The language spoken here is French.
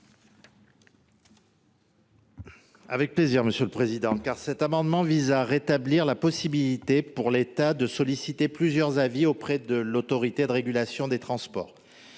: La parole est à M. le ministre. Cet amendement vise à rétablir la possibilité pour l’État de solliciter plusieurs avis auprès de l’Autorité de régulation des transports.